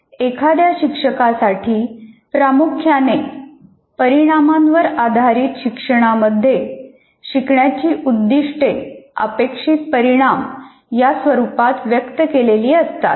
एखाद्या शिक्षकासाठी प्रामुख्याने परिणामांवर आधारित शिक्षणामध्ये शिकण्याची उद्दिष्टे अपेक्षित परिणाम या स्वरूपात व्यक्त केलेली असतात